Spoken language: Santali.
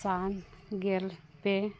ᱥᱟᱱ ᱜᱮᱞ ᱯᱮ